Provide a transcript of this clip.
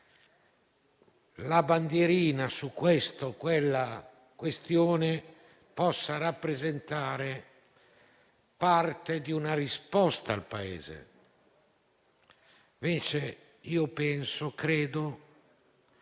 la bandierina su questa o quella questione possa rappresentare parte di una risposta al Paese. Io credo,